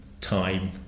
time